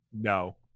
no